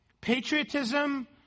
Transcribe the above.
Patriotism